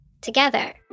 together